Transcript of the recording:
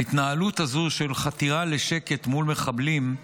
ההתנהלות הזו של חתירה לשקט מול מחבלים,